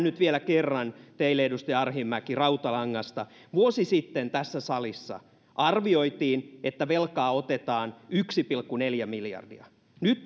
nyt vielä kerran teille edustaja arhinmäki rautalangasta vuosi sitten tässä salissa arvioitiin että velkaa otetaan yksi pilkku neljä miljardia nyt